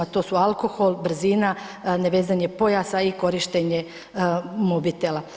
To su alkohol, brzina, nevezanje pojasa i korištenje mobitela.